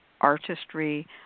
artistry